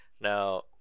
now